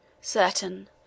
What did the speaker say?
Certain